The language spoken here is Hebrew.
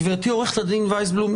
גברתי עורכת הדין ויסבלום,